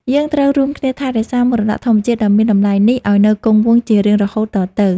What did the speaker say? យើងត្រូវរួមគ្នាថែរក្សាមរតកធម្មជាតិដ៏មានតម្លៃនេះឱ្យនៅគង់វង្សជារៀងរហូតតទៅ។